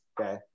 Okay